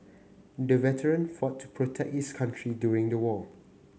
the veteran fought to protect his country during the war